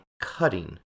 cutting